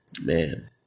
man